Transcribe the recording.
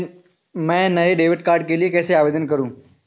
मैं नए debit card के लिए कैसे आवेदन करूं?